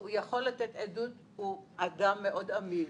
והוא יכול לתת עדות, הוא אדם מאוד אמין.